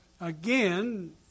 again